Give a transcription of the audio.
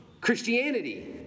Christianity